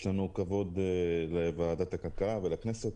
יש לנו כבוד לוועדת הכלכלה ולכנסת,